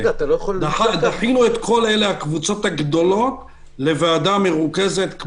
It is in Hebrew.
דחינו את כל הקבוצות הגדולות לוועדה מרוכזת.